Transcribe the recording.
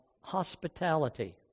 hospitality